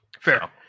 Fair